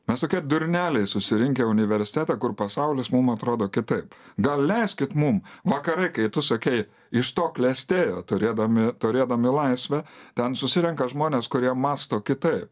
mes tokie durneliai susirinkę į universitetą kur pasaulis mum atrodo kitaip gal leiskit mum vakarai kai tu sakei iš to klestėjo turėdami turėdami laisvę ten susirenka žmonės kurie mąsto kitaip